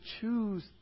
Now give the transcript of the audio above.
choose